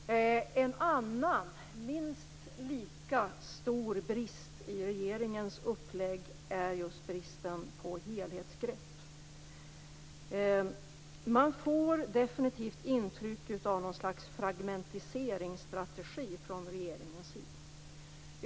En annan minst lika stor brist i regeringens upplägg är just bristen på helhetsgrepp. Man får definitivt intryck av något slags fragmentiseringsstrategi från regeringens sida.